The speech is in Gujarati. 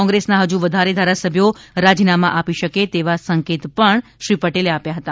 કોંગ્રેસના હજુ વધારે ધારાસભ્યો રાજીનામાં આપી શકે તેવા સંકેત પણ શ્રી પટેલે આપ્યા હતા